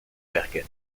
bergen